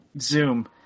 zoom